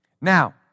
Now